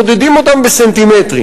מודדים אותם בסנטימטרים,